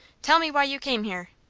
tell me why you came here?